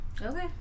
Okay